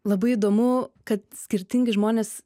labai įdomu kad skirtingi žmonės